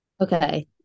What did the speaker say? Okay